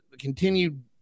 continued